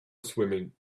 swimming